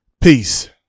Peace